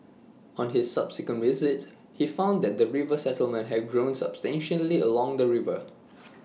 on his subsequent visits he found that the river settlement had grown substantially along the river